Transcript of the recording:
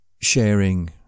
sharing